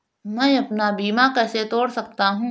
मैं अपना बीमा कैसे तोड़ सकता हूँ?